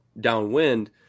downwind